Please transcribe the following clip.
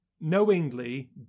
knowingly